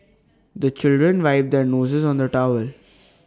the children wipe their noses on the towel